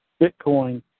Bitcoin